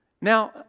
Now